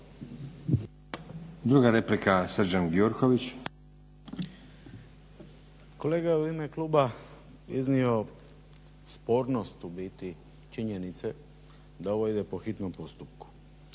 **Gjurković, Srđan (HNS)** Kolega je u ime kluba iznio spornost u biti činjenice da ovo ide po hitnom postupku